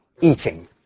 Eating